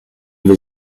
been